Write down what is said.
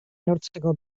neurtzeko